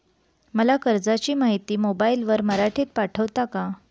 मला कर्जाची माहिती मोबाईलवर मराठीत पाठवता का?